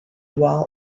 while